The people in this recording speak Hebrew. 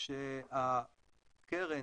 שהקרן